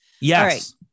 Yes